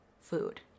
food